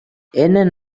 என்ன